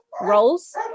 roles